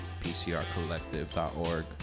PCRcollective.org